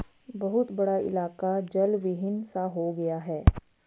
बहुत बड़ा इलाका जलविहीन सा हो गया है